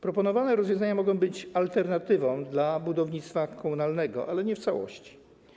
Proponowane rozwiązania mogą stanowić alternatywę dla budownictwa komunalnego, ale nie w całości.